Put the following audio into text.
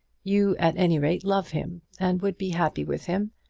you at any rate love him, and would be happy with him,